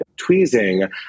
tweezing